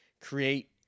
create